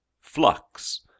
Flux